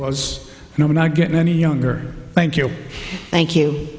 know we're not getting any younger thank you thank you